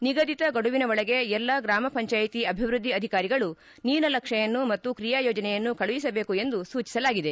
ನಿಗದಿತ ಗಡುವಿನ ಒಳಗೆ ಎಲ್ಲಾ ಗ್ರಾಮ ಪಂಚಾಯಿತಿ ಅಭಿವೃದ್ಧಿ ಅಧಿಕಾರಿಗಳು ನೀಲ ನಕ್ಷೆಯನ್ನು ಮತ್ತು ಕ್ರೆಯಾ ಯೋಜನೆಯನ್ನು ಕಳುಹಿಸಬೇಕು ಎಂದು ಸೂಚಿಸಲಾಗಿದೆ